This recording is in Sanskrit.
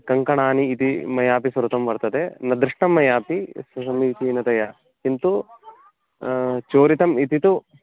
कङ्कणानि इति मयापि श्रुतं वर्तते न दृष्टं मया अपि समीचीनतया किन्तु चोरितम् इति तु